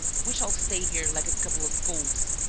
we shall stay here like a couple of fools!